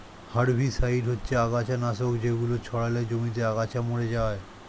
herbicide হচ্ছে আগাছানাশক যেগুলো ছড়ালে জমিতে আগাছা মরে যায়